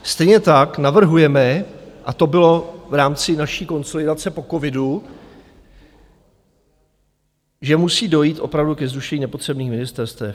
Stejně tak navrhujeme, a to bylo v rámci naší konsolidace po covidu, že musí dojít opravdu ke zrušení nepotřebných ministerstev.